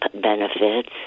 benefits